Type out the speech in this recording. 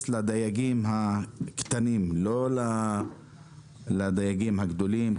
לדייגים הקטנים ולא לדייגים הגדולים,